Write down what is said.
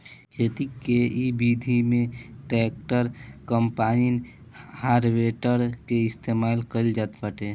खेती के इ विधि में ट्रैक्टर, कम्पाईन, हारवेस्टर के इस्तेमाल कईल जात बाटे